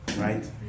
Right